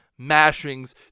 mashings